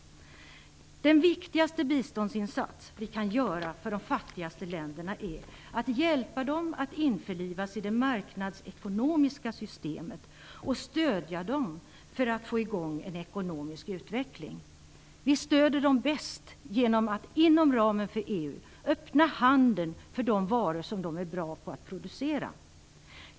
Den viktigaste biståndsinsats vi kan göra för de fattigaste länderna är att hjälpa dem att införlivas i det marknadsekonomiska systemet och stödja dem för att få i gång en ekonomisk utveckling. Vi stöder dem bäst genom att inom ramen för EU öppna handeln för de varor som de är bra på att producera.